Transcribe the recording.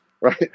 right